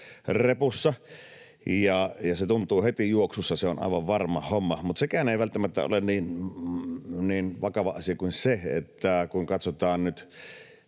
repussa, ja se tuntuu heti juoksussa, se on aivan varma homma. Mutta sekään ei välttämättä ole niin vakava asia kuin se, että kun katsotaan nyt